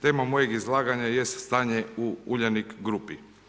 Tema mojeg izlaganja jest stanje u Uljanik grupi.